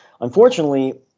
unfortunately